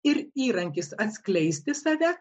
ir įrankis atskleisti save